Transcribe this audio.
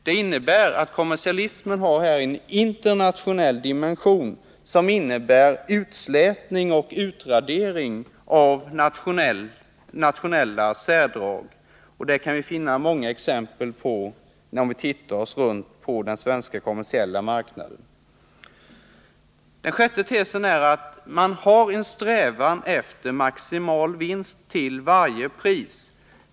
Det innebär att kommersialismen här har en internationell dimension, som innebär utslätning och utradering av nationella särdrag — det kan vi finna många exempel på om vi tittar oss runt på den svenska kommersiella marknaden. Den sjätte tesen är att man har en strävan efter maximal vinst till varje pris.